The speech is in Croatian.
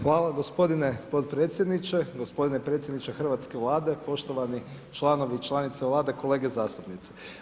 Hvala gospodine potpredsjedniče, gospodine predsjedniče hrvatske Vlade, poštovani članovi i članice Vlade, kolege zastupnici.